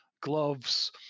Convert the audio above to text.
gloves